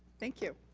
thank you.